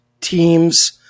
teams